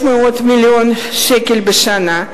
מיליון שקל בשנה.